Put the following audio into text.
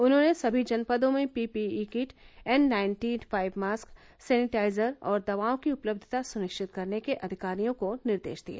उन्होंने सभी जनपदों में P P E kit N ninety five mask sanitiser और दवाओं की उपलब्धता सुनिश्चित करने के अधिकारियों को निर्देश दिए